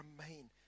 Remain